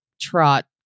trot